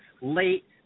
late